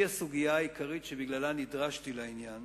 שהיא הסוגיה העיקרית שבגללה נדרשתי לעניין,